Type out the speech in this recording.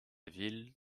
ville